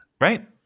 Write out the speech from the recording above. right